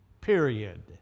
period